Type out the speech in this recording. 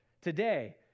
today